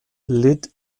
lid